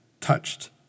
touched